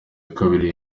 kabiri